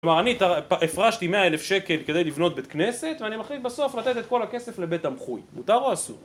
כלומר, אני הפרשתי 100 אלף שקל כדי לבנות בית כנסת ואני מחליט בסוף לתת את כל הכסף לבית תמחוי. מותר או אסור?